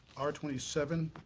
r twenty seven.